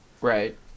Right